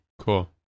Cool